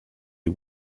are